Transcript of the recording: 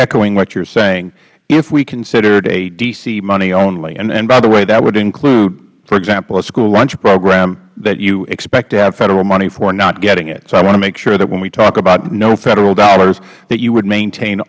echoing what you're saying if we considered a d c money only and by the way that would include for example a school lunch program that you expect to have federal money for not getting it so i want to make sure that when we talk about no federal dollars that you would maintain